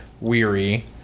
weary